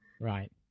Right